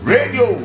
Radio